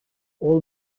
all